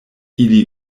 ili